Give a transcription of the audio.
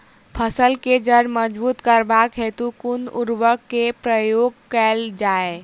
फसल केँ जड़ मजबूत करबाक हेतु कुन उर्वरक केँ प्रयोग कैल जाय?